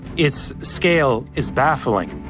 its scale is baffling.